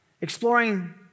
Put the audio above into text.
exploring